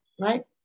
right